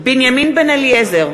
בנימין בן-אליעזר,